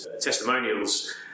testimonials